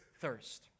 thirst